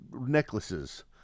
necklaces